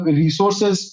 resources